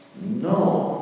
No